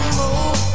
more